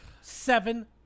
Seven